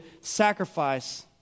sacrifice